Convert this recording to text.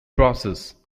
process